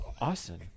Awesome